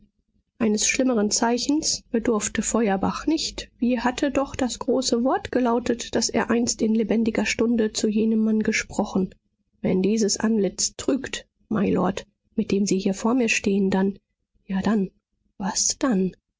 eines schlimmeren zeichens bedurfte feuerbach nicht wie hatte doch das große wort gelautet das er einst in lebendiger stunde zu jenem mann gesprochen wenn dieses antlitz trügt mylord mit dem sie hier vor mir stehen dann ja dann was dann